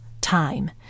time